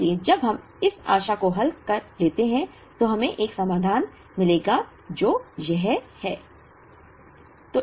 इसलिए जब हम इस आशा को हल करते हैं तो हमें एक समाधान मिलेगा जो यह है